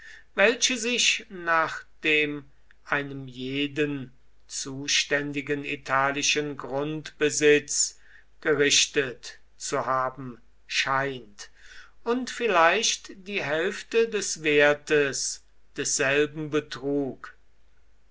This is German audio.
welche sich nach dem einem jeden zuständigen italischen grundbesitz gerichtet zu haben scheint und vielleicht die hälfte des wertes desselben betrug